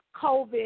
COVID